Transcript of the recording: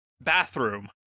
bathroom